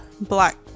Black